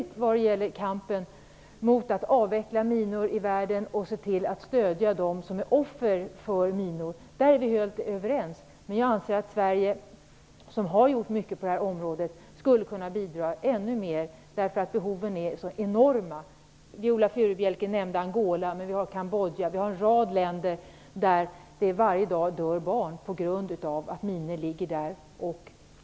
Vad i övrigt gäller kampen för att avveckla minanvändning i världen och för att stödja minoffer är vi helt överens, men jag anser att Sverige, som har gjort mycket på det här området, skulle kunna bidra ännu mer. Behoven är enorma. Viole Furubjelke nämnde Angola, men även i en rad andra länder, som t.ex. Kambodja, dör varje dag barn på grund av minor som ligger där.